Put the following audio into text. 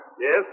Yes